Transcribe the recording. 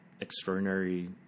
extraordinary